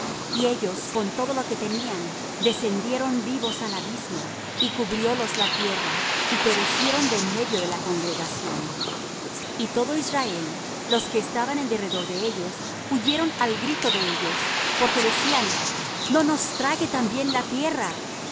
y ellos con todo lo que tenían descendieron vivos al abismo y cubriólos la tierra y perecieron de en medio de la congregación y todo israel los que estaban en derredor de ellos huyeron al grito de ellos porque decían no nos trague también la tierra